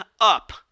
up